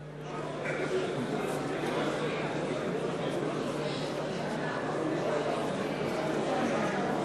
42, נגדה, 60. הסתייגות 87 לא